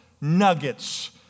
nuggets